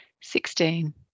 sixteen